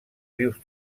rius